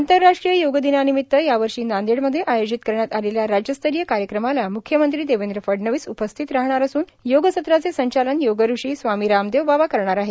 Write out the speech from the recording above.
आंतरराष्ट्रीय योग दिनानिमित्त यावर्षी नांदेडमध्ये आयोजित करण्यात आलेल्या राज्यस्तरीय कार्यक्रमास म्ख्यमंत्री देवेंद्र फडणवीस उपस्थित राहणार असून योगसत्राचे संचालन योगऋषी स्वामी रामदेव बाबा करणार आहेत